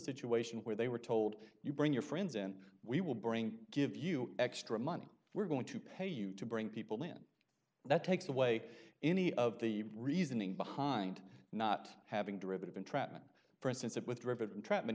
situation where they were told you bring your friends and we will bring give you extra money we're going to pay you to bring people in that takes away any of the reasoning behind not having derivative entrapment for instance that with drave